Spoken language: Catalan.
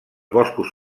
boscos